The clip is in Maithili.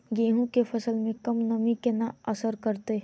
गेंहूँ केँ फसल मे कम नमी केना असर करतै?